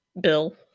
bill